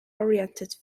oriented